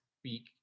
speak